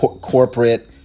corporate